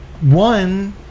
one